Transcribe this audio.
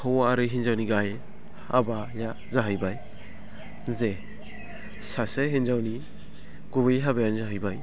हौवा आरो हिन्जावनि गाहाय हाबाया जाहैबाय जे सासे हिन्जावनि गुबै हाबायानो जाहैबाय